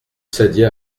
saddier